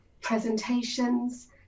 presentations